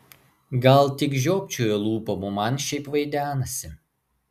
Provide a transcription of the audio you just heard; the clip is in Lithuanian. gal tik žiopčioja lūpom o man šiaip vaidenasi